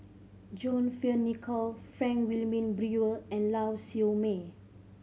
John Fearn Nicoll Frank Wilmin Brewer and Lau Siew Mei